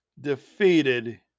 defeated